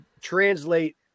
translate